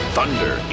Thunder